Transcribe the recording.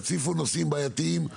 תציפו נושאים בעיתיים,